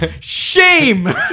shame